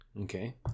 Okay